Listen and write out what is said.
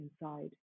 inside